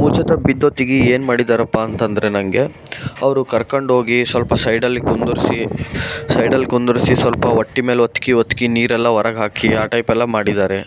ಮೂರ್ಛೆ ತಪ್ಪಿ ಬಿದ್ದೊತ್ತಿಗೆ ಏನು ಮಾಡಿದ್ದಾರಪ್ಪ ಅಂತ ಅಂದ್ರೆ ನನಗೆ ಅವರು ಕರ್ಕೊಂಡೋಗಿ ಸ್ವಲ್ಪ ಸೈಡಲ್ಲಿ ಕುಂದ್ರಿಸಿ ಸೈಡಲ್ಲಿ ಕುಂದ್ರಿಸಿ ಸ್ವಲ್ಪ ಹೊಟ್ಟೆ ಮೇಲೆ ಒತ್ತಿ ಒತ್ತಿ ನೀರೆಲ್ಲ ಹೊರಗೆ ಹಾಕಿ ಆ ಟೈಪೆಲ್ಲ ಮಾಡಿದ್ದಾರೆ